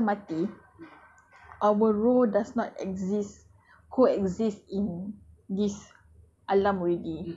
in islam we believe right kalau kita mati our roh does not exist co-exist in this alam already